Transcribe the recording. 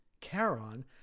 Charon